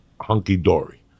hunky-dory